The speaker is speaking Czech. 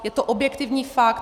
Je to objektivní fakt.